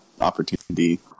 opportunity